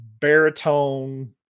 baritone